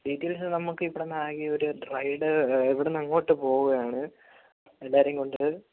details നമുക്ക് ഇവിടുന്ന് ആദ്യം ഒരു റൈഡ് ഇവിടുന്ന് അങ്ങോട്ട് പോകുകയാണ് എല്ലാവരെയും കൊണ്ട്